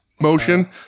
motion